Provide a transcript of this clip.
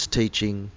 teaching